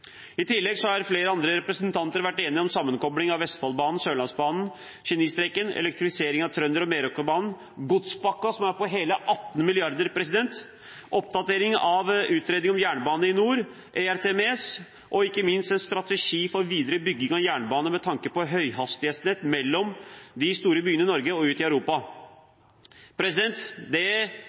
I tillegg har flere andre representanter vært enige om sammenkobling av Vestfoldbanen og Sørlandsbanen – «Genistreken» – elektrifisering av Trønderbanen og Meråkerbanen, godspakken som er på hele 18 mrd. kr, oppdatering av utredning om jernbane i nord, ERTMS og ikke minst en strategi for videre bygging av jernbane med tanke på høyhastighetsnett mellom de store byene i Norge og ut i Europa. Får man dette realisert, er dette et stort stykke jernbanehistorie. Det